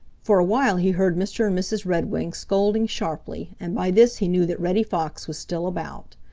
for a while he heard mr. and mrs. redwing scolding sharply, and by this he knew that reddy fox was still about.